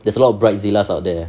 there's a lot of bridezilla out there